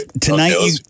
Tonight